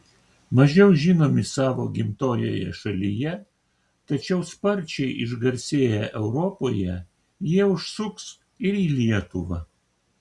mažiau žinomi savo gimtojoje šalyje tačiau sparčiai išgarsėję europoje jie užsuks ir į lietuvą